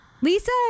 Lisa